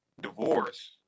divorce